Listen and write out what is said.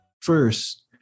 First